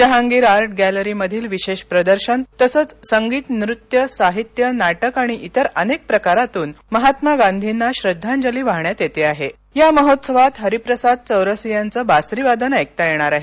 Jahangir art गॅलरीमधील विशेष प्रदर्शन तसंच संगीत नृत्य साहित्य नाटक आणि इतर अनेक प्रकारांतून महात्मा गाधींना श्रद्वाजली वाहण्यात येते आहे या महोत्सवात हरिप्रसाद चौरसियांचं बासरीवादन ऐकता येणार आहे